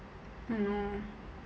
hmm